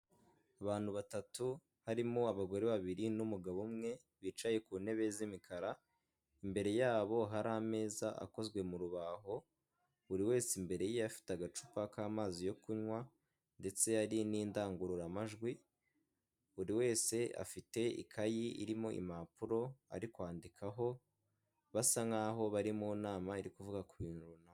Abantu batatu harimo abagore babiri n'umugabo umwe bicaye ku ntebe z'imikara, imbere yabo hari ameza akozwe mu rubaho buri wese imbere ye afite agacupa k'amazi yo kunywa ndetse hari n'indangururamajwi buri wese afite ikayi irimo impapuro ari kwandikaho basa nk'a bari mu nama iri kuvuga ku bintu runaka.